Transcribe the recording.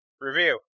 Review